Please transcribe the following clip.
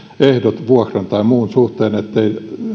ehdot vuokran tai muun suhteen ettei